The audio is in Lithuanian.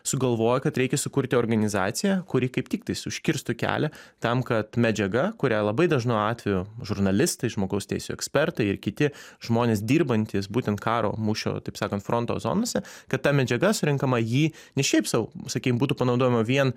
sugalvojo kad reikia sukurti organizaciją kuri kaip tiktais užkirstų kelią tam kad medžiaga kurią labai dažnu atveju žurnalistai žmogaus teisių ekspertai ir kiti žmonės dirbantys būtent karo mūšio taip sakan fronto zonose kad ta medžiaga surenkama ji ne šiaip sau sakykim būtų panaudojama vien